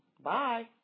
Bye